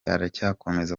aracyakomeza